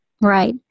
Right